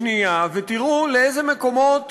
השנייה ותראו באיזה מקומות